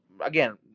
again